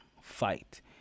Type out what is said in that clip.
fight